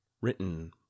Written